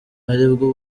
aribwo